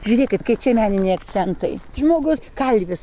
žiūrėkit kai čia meniniai akcentai žmogus kalvis